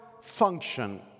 function